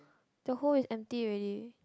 the hole is empty already